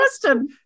question